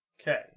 Okay